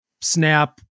snap